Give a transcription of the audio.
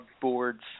boards